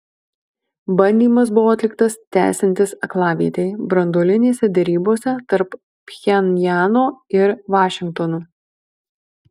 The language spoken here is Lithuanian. bandymas buvo atliktas tęsiantis aklavietei branduolinėse derybose tarp pchenjano ir vašingtono